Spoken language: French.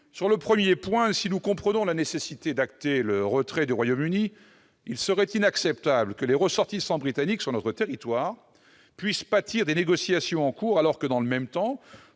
Sur le premier point, si nous comprenons la nécessité d'acter le retrait du Royaume-Uni, il serait inacceptable que les ressortissants britanniques sur notre territoire puissent pâtir des négociations en cours, alors que, dans le même temps,